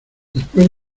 después